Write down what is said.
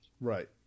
Right